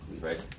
right